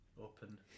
open